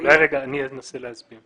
אולי רגע אני אנסה להסביר.